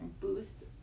boost